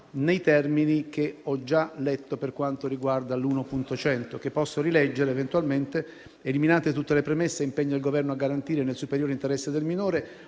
nei termini che ho già letto per quanto riguarda l'ordine del giorno G1.100, che posso rileggere, eventualmente: eliminate tutte le premesse, impegna il Governo «a garantire, nel superiore interesse del minore,